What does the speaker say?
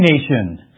nation